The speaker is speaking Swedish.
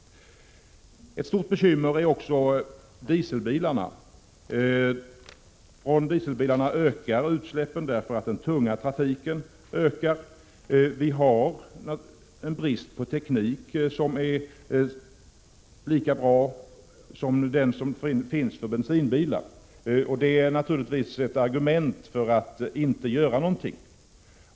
Ett stort bekymmer är också dieselbilarna. Från dem ökar utsläppen därför att den tunga trafiken ökar. Det finns inte lika bra teknik för dieselbilar som för bensinbilar, och det är naturligtvis ett argument för att inte göra någonting.